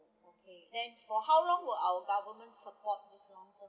okay then for how long will our government support this long term